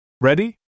Ready